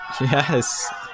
yes